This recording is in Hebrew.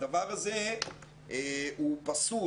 הדבר הזה הוא פסול,